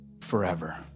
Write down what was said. forever